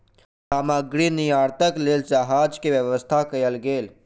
सामग्री निर्यातक लेल जहाज के व्यवस्था कयल गेल